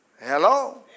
Hello